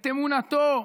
את אמונתו,